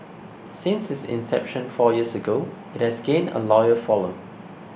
since its inception four years ago it has gained a loyal following